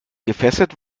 gefesselt